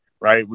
right